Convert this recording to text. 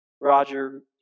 Roger